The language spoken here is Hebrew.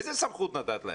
איזו סמכות נתת להם?